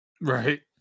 Right